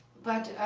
but